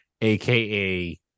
aka